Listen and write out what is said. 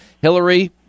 Hillary